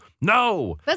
no